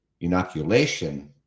inoculation